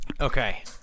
okay